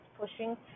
pushing